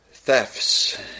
thefts